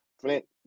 Flint